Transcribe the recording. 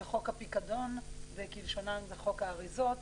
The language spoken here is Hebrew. בחוק הפיקדון וכלשונן בחוק האריזות.